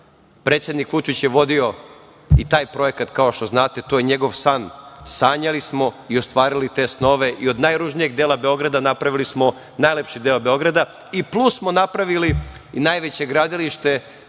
Predsednik Vučić je vodio i taj projekat, kao što znate. To je njegov san. Sanjali smo i ostvarili te snove i od najružnijeg dela Beograda napravili smo najlepši deo Beograda i plus smo napravili i najveće gradilište